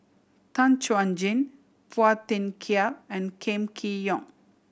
Tan Chuan Jin Phua Thin Kiay and Kam Kee Yong